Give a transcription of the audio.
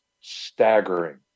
staggering